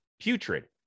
Putrid